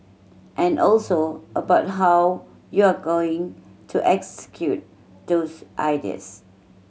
and also about how you're going to execute those ideas